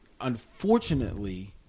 Unfortunately